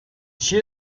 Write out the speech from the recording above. she